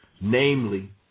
namely